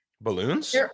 Balloons